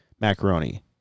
macaroni